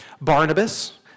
Barnabas